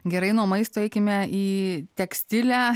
gerai nuo maisto eikime į tekstilę